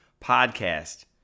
podcast